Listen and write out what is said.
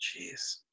Jeez